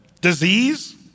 Disease